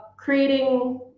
Creating